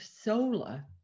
solar